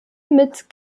mit